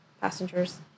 passengers